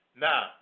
Now